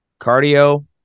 cardio